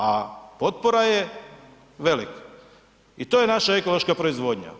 A potpora je velika i to je naša ekološka proizvodnja.